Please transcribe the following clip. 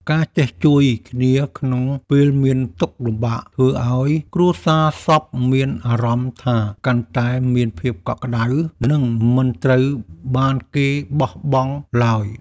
ការចេះជួយគ្នាក្នុងពេលមានទុក្ខលំបាក ធ្វើឱ្យគ្រួសារសពមានអារម្មណ៍ថាកាន់តែមានភាពកក់ក្តៅ និងមិនត្រូវបានគេបោះបង់ឡើយ។